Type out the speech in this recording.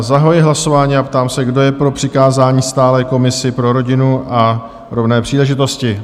Zahajuji hlasování a ptám se, kdo je pro přikázání stálé komisi pro rodinu a rovné příležitosti?